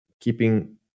keeping